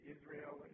Israel